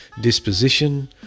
disposition